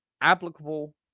applicable